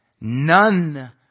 none